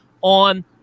on